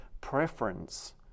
preference